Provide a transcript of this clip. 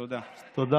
תודה.